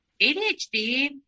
ADHD